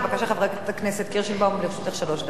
בבקשה, חברת הכנסת קירשנבאום, לרשותך שלוש דקות.